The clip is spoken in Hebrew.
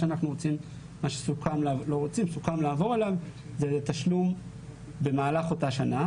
מה שסוכם לעבור אליו זה תשלום במהלך אותה שנה,